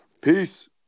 Peace